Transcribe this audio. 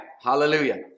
hallelujah